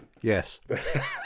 Yes